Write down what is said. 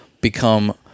become